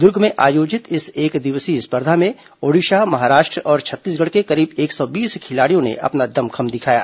दुर्ग में आयोजित इस एकदिवसीय स्पर्धा में ओडिशा महाराष्ट्र और छत्तीसगढ़ के करीब एक सौ बीस खिलाड़ियों ने अपना दम खम दिखाया